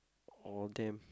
oh damn